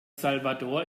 salvador